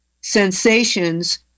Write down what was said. sensations